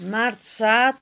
March सात